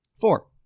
Four